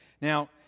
Now